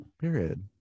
Period